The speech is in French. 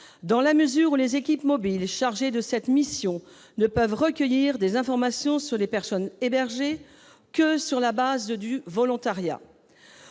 dans la mesure où les équipes mobiles chargées de cette mission ne peuvent recueillir des informations sur les personnes hébergées que si ces dernières